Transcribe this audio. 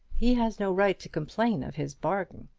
he has no right to complain of his bargain.